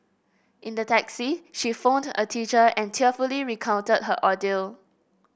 in the taxi she phoned a teacher and tearfully recounted her ordeal